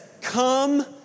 Come